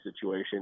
situation